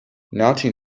nineteen